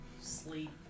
sleep